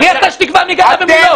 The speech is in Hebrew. מי אתה שתקבע מי גנב ומי לא?